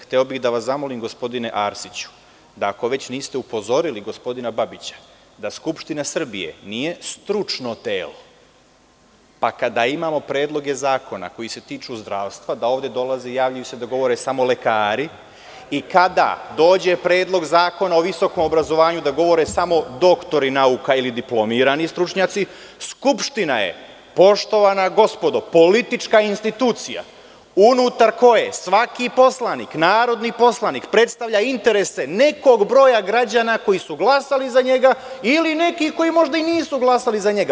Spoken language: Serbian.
Hteo bih da vas zamolim, gospodine Arsiću, da ako već niste upozorili gospodina Babića da Skupština Srbije nije stručno telo, pa kada imamo predloge zakona koji se tiču zdravstva da ovde dolaze i javljaju se da govore samo lekari i kada dođe Predlog zakona o visokom obrazovanju da govore samo doktori nauka ili diplomirani stručnjaci, Skupština je, poštovana gospodo, politička institucija unutar koje svaki poslanik, narodni poslanik, predstavlja interese nekog broja građana koji su glasali za njega ili nekih koji možda i nisu glasali za njega.